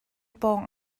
pawng